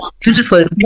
Beautiful